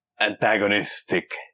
antagonistic